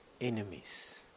enemies